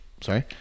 Sorry